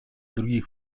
других